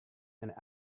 and